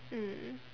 mm